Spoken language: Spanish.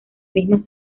mismas